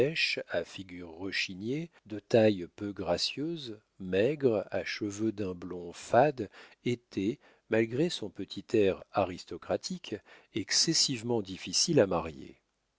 à figure rechignée de taille peu gracieuse maigre à cheveux d'un blond fade était malgré son petit air aristocratique excessivement difficile à marier